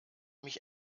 mich